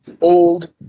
old